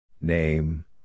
Name